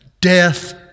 death